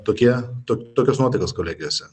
tokie tad tokios nuotaikos kolegijose